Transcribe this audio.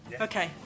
Okay